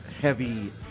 heavy